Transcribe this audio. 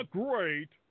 great